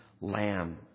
Lamb